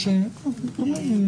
יש עוד דברים?